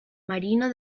marino